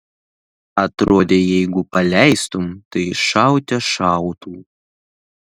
atrodė jeigu paleistum tai šaute šautų